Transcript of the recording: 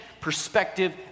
perspective